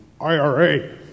IRA